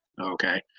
Okay